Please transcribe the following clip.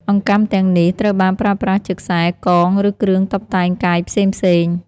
អង្កាំទាំងនេះ ត្រូវបានប្រើប្រាស់ជាខ្សែ កង ឬគ្រឿងតុបតែងកាយផ្សេងៗ។